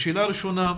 השאלה הראשונה,